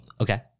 Okay